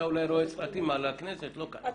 אז